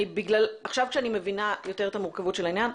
עכשיו כשאני מבינה יותר את המורכבות של העניין,